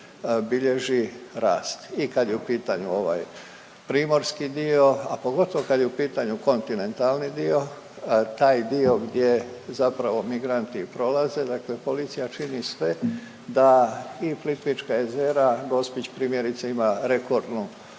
bilježi rast i kad je u pitanju ovaj primorski dio, a pogotovo kad je u pitanju kontinentalni dio. A taj dio gdje zapravo migranti prolaze, dakle policija čini sve da i Plitvička jezera, Gospić primjerice ima rekordnu